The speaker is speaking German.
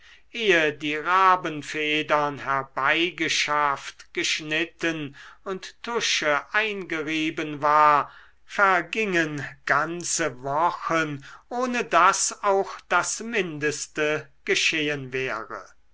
ehe die rabenfedern herbeigeschafft geschnitten und tusche eingerieben war vergingen ganze wochen ohne daß auch das mindeste geschehen wäre